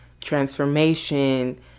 transformation